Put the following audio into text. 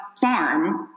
farm